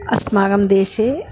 अस्माकं देशे